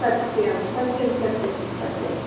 सत्यं सत्यं सत्यं सत्यं